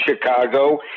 Chicago